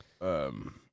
um-